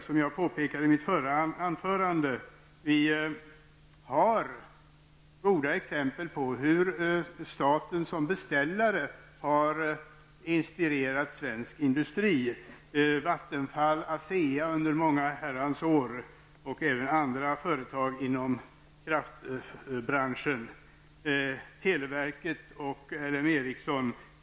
Som jag påpekade i mitt förra anförande har vi goda exempel på hur staten som beställare har inspirerat svensk industri under många år, t.ex. Vattenfall och ASEA. Andra exempel inom kraftverksindustrin är televerket och L M Ericsson.